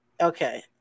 Okay